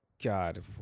God